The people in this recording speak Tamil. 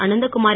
அனந்தகுமார்